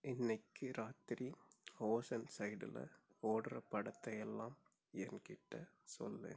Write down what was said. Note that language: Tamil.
இன்றைக்கு ராத்திரி ஓசன் ஸைடில் ஓடுகிற படத்தை எல்லாம் என்கிட்ட சொல்